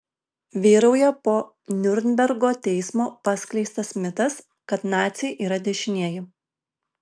vyrauja po niurnbergo teismo paskleistas mitas kad naciai yra dešinieji